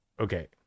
okay